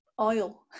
oil